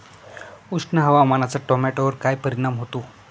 उष्ण हवामानाचा टोमॅटोवर काय परिणाम होतो?